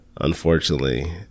unfortunately